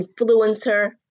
influencer